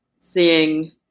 seeing